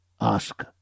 ask